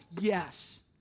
Yes